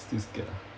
still scared ah